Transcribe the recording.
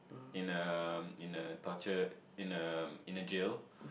in a in a torture in a in a jail